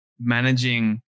managing